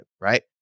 Right